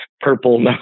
Purple